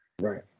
Right